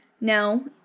Now